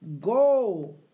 Go